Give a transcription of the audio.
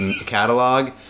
catalog